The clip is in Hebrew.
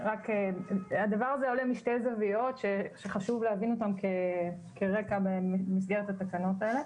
הדבר הזה עולה משתי זוויות שחשוב להבין אותן כרקע במסגרת התקנות האלה.